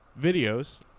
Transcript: videos